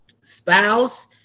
spouse